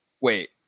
Wait